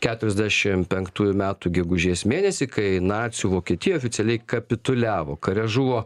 keturiasdešim penktųjų metų gegužės mėnesį kai nacių vokietija oficialiai kapituliavo kare žuvo